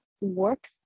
work